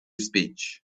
speech